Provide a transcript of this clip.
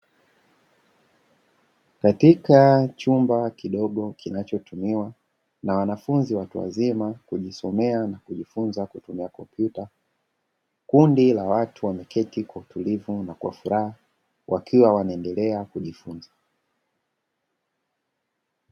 Katika chumba kidogo kinachotumiwa na wanafunzi watu wazima, kujisomea na kujifunza kutumia kompyuta. Kundi la watu wameketi kwa utulivu na kwa furaha wakiwa wanaendelea kujifunza.